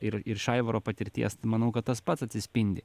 ir ir iš aivaro patirties tai manau kad tas pats atsispindi